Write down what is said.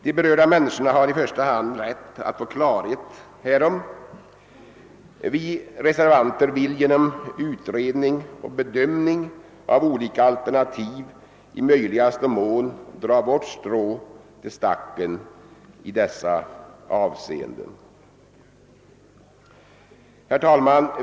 De berörda människorna har i första hand rätt att få klarhet härom. Vi reservanter vill genom utredning och bedömning av olika alternativ i möjligaste mån dra vårt strå till stacken i dessa avseenden. Herr talman!